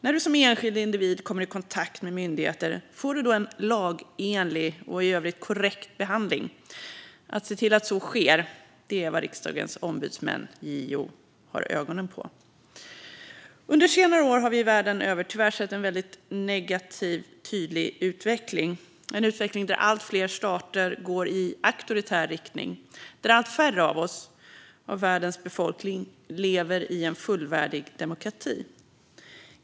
När du som enskild individ kommer i kontakt med myndigheter, får du en lagenlig och i övrigt korrekt behandling? Att se till att så sker är vad Riksdagens ombudsmän, JO, har ögonen på. Under senare år har vi världen över tyvärr sett en tydligt negativ utveckling, en utveckling där allt fler stater går i auktoritär riktning och där allt färre av oss i världens befolkning lever i en fullvärdig demokrati.